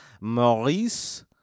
Maurice